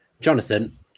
Jonathan